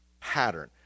pattern